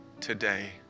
today